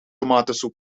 tomatensoep